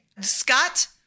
Scott